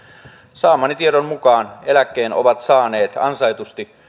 saamani tiedon mukaan eläkkeen ovat saaneet ansaitusti